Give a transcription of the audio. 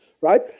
right